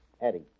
Eddie